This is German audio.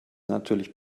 natürlich